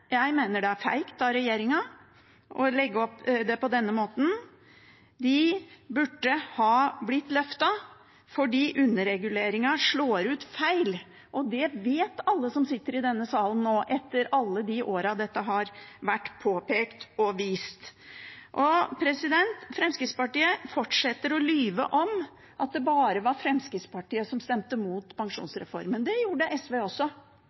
Jeg mener det er feigt av regjeringen å legge det opp på denne måten. De burde ha blitt løftet fordi underreguleringen slår ut feil. Det vet alle som sitter i denne salen nå, etter alle de årene dette har vært påpekt og vist. Fremskrittspartiet fortsetter å lyve om at det bare var Fremskrittspartiet som stemte mot pensjonsreformen. Det gjorde SV også.